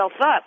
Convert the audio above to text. up